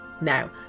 Now